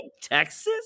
Texas